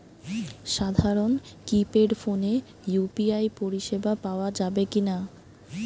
সাধারণ কিপেড ফোনে ইউ.পি.আই পরিসেবা পাওয়া যাবে কিনা?